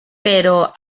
però